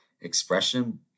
expression